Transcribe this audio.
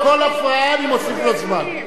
כל הפרעה אני אוסיף לו זמן.